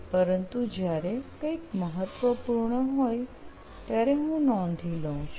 પરંતુ જ્યારે કંઇક મહત્વપૂર્ણ હોય ત્યારે હું નોંધી લઉં છું